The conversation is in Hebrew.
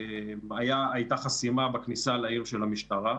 הייתה חסימה בכניסה לעיר של המשטרה.